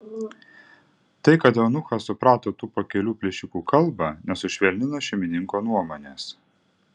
tai kad eunuchas suprato tų pakelių plėšikų kalbą nesušvelnino šeimininko nuomonės